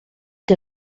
que